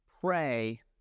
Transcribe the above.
Pray